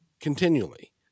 continually